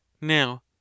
Now